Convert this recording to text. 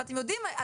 ואתם יודעים,